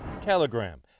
Telegram